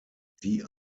die